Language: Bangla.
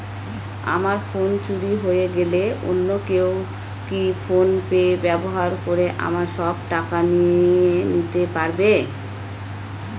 আমার ফোন চুরি হয়ে গেলে অন্য কেউ কি ফোন পে ব্যবহার করে আমার সব টাকা নিয়ে নিতে পারবে?